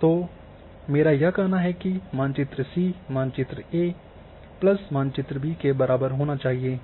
तो मेरा यह कहना है कि मानचित्र सी मानचित्र ए प्लस मानचित्र बी के बराबर होना चाहिए